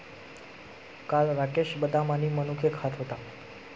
काल राकेश बदाम आणि मनुके खात होता